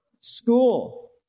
school